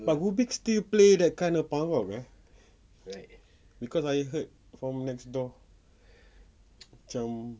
but rubik's still play that kind of punk rock eh cause I heard from next door macam